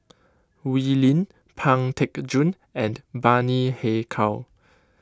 Wee Lin Pang Teck Joon and Bani Haykal